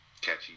catchy